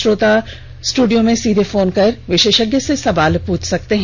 श्रोता स्टूडियो में सीघे फोन कर विशेषज्ञ से सवाल पूछ सकते हैं